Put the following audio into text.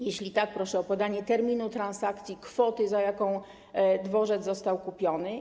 Jeśli tak, proszę o podanie terminu transakcji, kwoty, za jaką dworzec został kupiony.